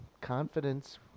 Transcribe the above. confidence